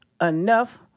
enough